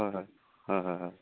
হয় হয় হয় হয় হয়